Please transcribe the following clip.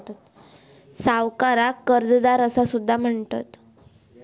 सावकाराक कर्जदार असा सुद्धा म्हणतत